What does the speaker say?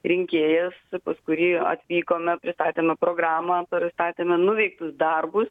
rinkėjas pas kurį atvykome pristatėme programą pristatėme nuveiktus darbus